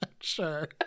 sure